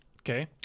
Okay